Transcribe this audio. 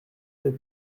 aller